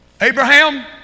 Abraham